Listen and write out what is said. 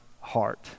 heart